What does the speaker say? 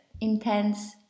intense